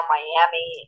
Miami